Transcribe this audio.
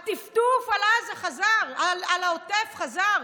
הטפטוף על העוטף חזר.